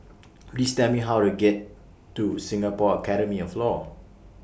Please Tell Me How to get to Singapore Academy of law